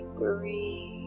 three